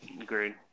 Agreed